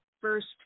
first